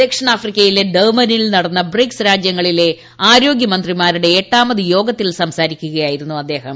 ദക്ഷിണാഫ്രിക്കയിലെ ഡർബനിൽ നടന്ന ബ്രിക്സ് രാജ്യങ്ങളിലെ ആരോഗൃമന്ത്രിമാരുടെ എട്ടാമത് യോഗത്തിൽ സംസാരിക്കുകയായിരുന്നു അദ്ദേഹം